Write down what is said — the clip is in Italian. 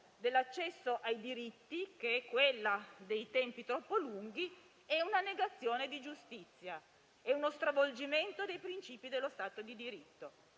dell'accesso ai diritti e i tempi troppo lunghi sono una negazione di giustizia e uno stravolgimento dei principi dello Stato di diritto.